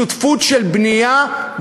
שותפות של בנייה,